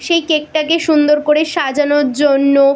সেই কেকটাকে সুন্দর করে সাজানোর জন্য